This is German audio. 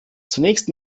zunächst